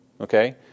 Okay